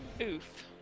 Oof